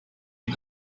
you